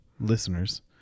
listeners